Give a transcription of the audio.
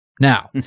Now